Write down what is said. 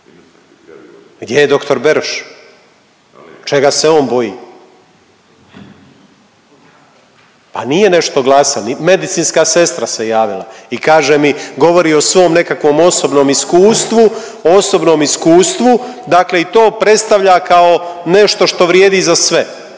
Gdje je doktor Beroš? Čega se on boji? Pa nije nešto glasan. Medicinska sestra se javila i kaže mi govori o svom nekakvom osobnom iskustvu, dakle i to predstavlja kao nešto što vrijedi za sve.